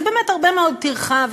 זו באמת הרבה מאוד טרחה,